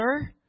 Sir